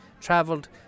traveled